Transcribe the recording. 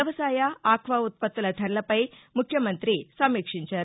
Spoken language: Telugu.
వ్యవసాయ ఆక్వా ఉత్పత్తుల ధరలపై ముఖ్యమంత్రి సమీక్షించారు